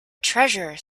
treasure